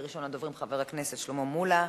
ראשון הדוברים, חבר הכנסת שלמה מולה,